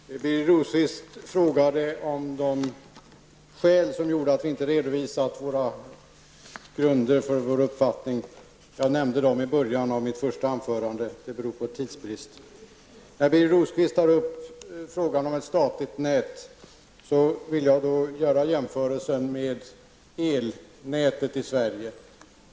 Herr talman! Birger Rosqvist frågade efter de skäl som gjorde att vi inte redovisade grunderna för vår uppfattning. Jag nämnde dem i början av mitt första anförande. Att jag inte nämner dem igen beror på tidsbrist. När Birger Rosqvist tar upp frågan om ett statligt nät, vill jag göra jämförelsen med elnätet i Sverige.